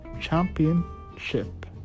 championship